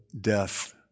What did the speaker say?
death